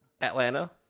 Atlanta